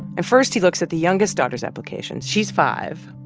at first, he looks at the youngest daughter's application. she's five.